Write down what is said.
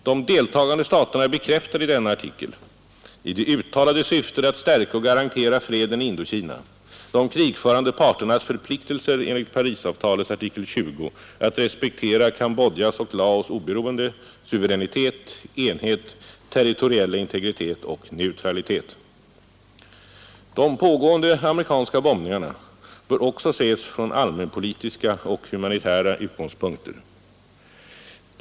De deltagande staterna bekräftar i denna artikel — i det uttalade syftet att stärka och garantera freden i Indokina — de krigförande parternas förpliktelser enligt Parisavtalets artikel 20 att respektera Cambodjas och Laos oberoende, suveränitet, enhet, territoriella integritet och neutralitet. De pågående amerikanska bombningarna bör också ses från allmänpolitiska och humanitära utgångspunkter.